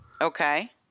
Okay